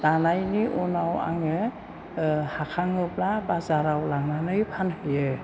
दानायनि उनाव आङो ओ हाखाङोब्ला बाजाराव लांनानै फानहैयो